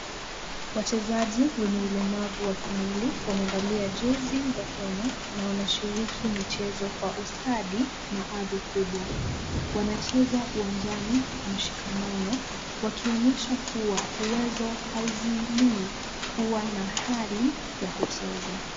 Wachezaji wenye ulemavu wa kimwili wamevalia jezi za Kenya na wanashiriki michezo kwa ustadi na ari kubwa, wanacheza uwanjani kwa mshikamano, wakionyesha kuwa uwezo hauzuilii kuwa na ari ya kucheza.